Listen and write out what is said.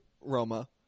Roma